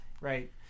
right